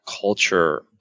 culture